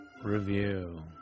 Review